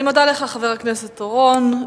אני מודה לך, חבר הכנסת אורון.